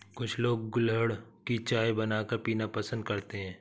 कुछ लोग गुलहड़ की चाय बनाकर पीना पसंद करते है